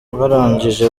barangije